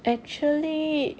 actually